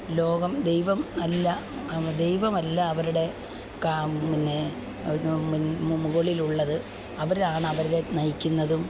ലോകം ദൈവം അല്ല ദൈവമല്ല അവരുടെ പിന്നെ മുകളിലുള്ളത് അവരാണ് അവരെ നയിക്കുന്നതും